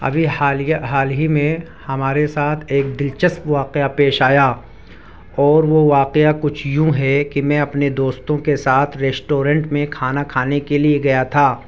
ابھی حالیہ حال ہی میں ہمارے ساتھ ایک دلچسپ واقعہ پیش آیا اور وہ واقعہ کچھ یوں ہے کہ میں اپنے دوستوں کے ساتھ ریسٹورینٹ میں کھانا کھانے کے لیے گیا تھا